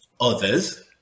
others